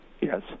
Yes